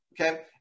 okay